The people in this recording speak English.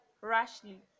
rashly